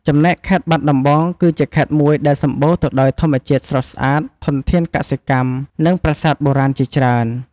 ចំណែកខេត្តបាត់ដំបង គឺជាខេត្តមួយដែលសម្បូរទៅដោយធម្មជាតិស្រស់ស្អាត ធនធានកសិកម្ម និងប្រាសាទបុរាណជាច្រើន។